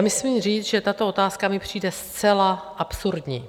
Musím říct, že tato otázka mi přijde zcela absurdní.